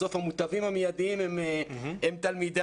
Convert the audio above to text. בסוף המוטבים המידיים הם תלמידיו,